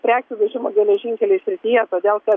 prekių vežimo geležinkeliais srityje todėl kad